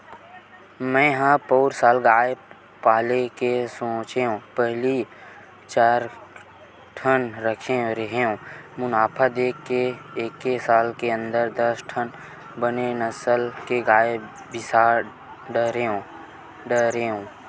मेंहा पउर साल गाय पाले के सोचेंव पहिली चारे ठन रखे रेहेंव मुनाफा देख के एके साल के अंदर दस ठन बने नसल के गाय बिसा डरेंव